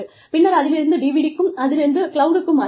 பின்னர் அதிலிருந்து DVD க்கும் அதிலிருந்து கிளவுடுக்கும் மாறியது